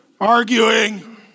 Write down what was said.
arguing